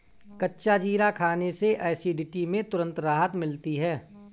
कच्चा जीरा खाने से एसिडिटी में तुरंत राहत मिलती है